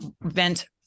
vent